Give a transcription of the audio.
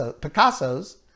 Picasso's